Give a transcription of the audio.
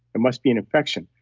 must be an infection.